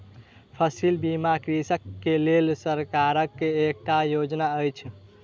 फसिल बीमा कृषक के लेल सरकारक एकटा योजना अछि